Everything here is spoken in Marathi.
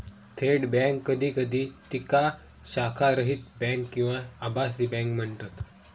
थेट बँक कधी कधी तिका शाखारहित बँक किंवा आभासी बँक म्हणतत